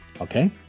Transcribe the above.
okay